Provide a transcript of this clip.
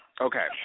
okay